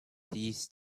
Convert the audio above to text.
these